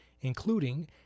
including